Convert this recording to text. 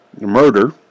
Murder